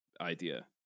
idea